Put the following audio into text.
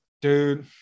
Dude